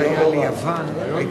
רעיון לא רע.